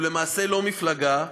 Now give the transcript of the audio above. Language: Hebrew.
למעשה אינו מפלגה,